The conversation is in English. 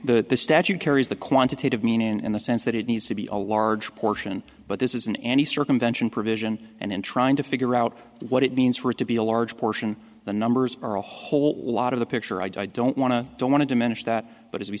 that the statute carries the quantitative meaning in the sense that it needs to be a large portion but this isn't any circumvention provision and in trying to figure out what it means for it to be a large portion the numbers are a whole lot of the picture i don't want to don't want to diminish that but as we